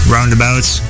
Roundabouts